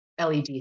led